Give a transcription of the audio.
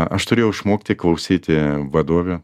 aš turėjau išmokti klausyti vadovių